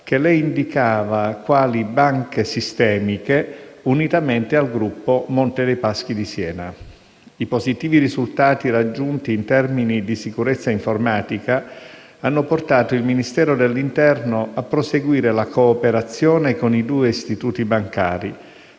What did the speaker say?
che le indicava quali "banche sistemiche", unitamente al gruppo Monte dei Paschi di Siena. I positivi risultati raggiunti in termini di sicurezza informatica hanno portato il Ministero dell'interno a proseguire la cooperazione con i due istituti bancari,